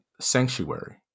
sanctuary